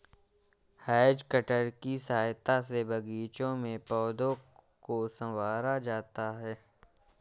has cutter की सहायता से बागीचों में पौधों को सँवारा जाता है